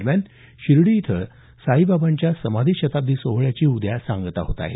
दरम्यान शिर्डी इथं साईबाबांच्या समाधी शताब्दी सोहळ्याची उद्या सांगता होत आहे